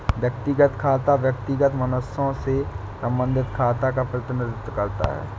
व्यक्तिगत खाता व्यक्तिगत मनुष्यों से संबंधित खातों का प्रतिनिधित्व करता है